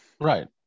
right